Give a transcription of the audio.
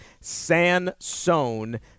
sansone